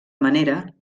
manera